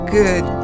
good